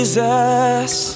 Jesus